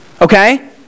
Okay